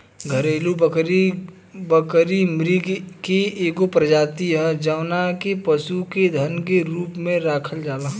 घरेलु बकरी, बकरी मृग के एगो प्रजाति ह जवना के पशु के धन के रूप में राखल जाला